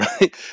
right